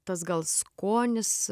tas gal skonis